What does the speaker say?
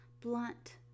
blunt